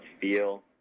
feel